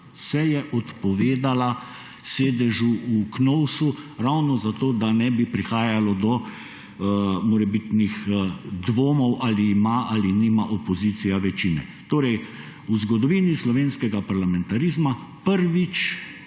se je odpovedala sedežu v Knovsu. Ravno zato, da ne bi prihajalo do morebitnih dvomov, ali ima ali nima opozicija večine. Torej, v zgodovini slovenskega parlamentarizma prvič,